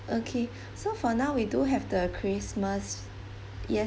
okay so for now we do have the christmas yes